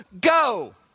go